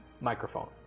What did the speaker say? microphone